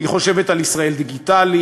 היא חושבת על "ישראל דיגיטלית"?